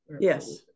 Yes